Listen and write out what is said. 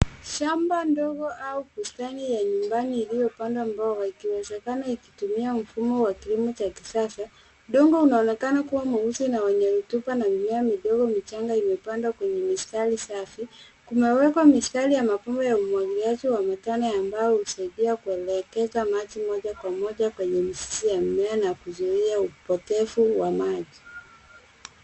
Shamba ndogo au bustani ya nyumbani iliyopandwa mboga ikiwezekana ikitumia mfumo wa kilimo cha kisasa. Udongo unaonekana kuwa mweusi na wenye rutuba na mimea midogo michanga imepandwa kwenye mistari safi. Kumewekwa mistari ya mabomba ya umwangiliaji wa matone ambao husaidia kuelekeza maji moja kwa moja kwenye mizizi ya mimea na kuzuia upotevu wa maji.